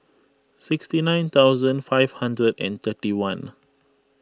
sixty nine thousand five hundred and thirty one